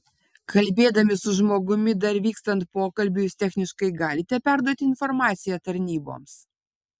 kalbėdami su žmogumi dar vykstant pokalbiui jūs techniškai galite perduoti informaciją tarnyboms